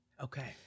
Okay